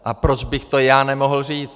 A proč bych to já nemohl říct?